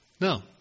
No